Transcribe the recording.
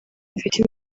bafite